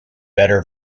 better